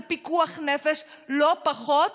זה פיקוח נפש לא פחות